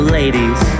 ladies